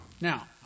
Now